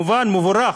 מבורך.